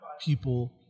people